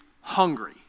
hungry